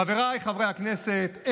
חבריי חברי הכנסת,